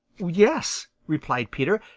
yes, replied peter.